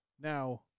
Now